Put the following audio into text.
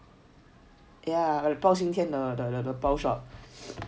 yeah and 包青天的保守